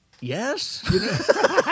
Yes